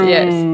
Yes